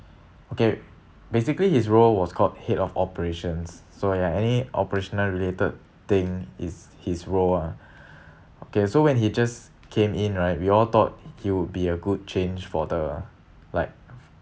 okay basically his role was called head of operations so ya any operational related thing is his role ah okay so when he just came in right we all thought he would be a good change for the like